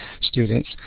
students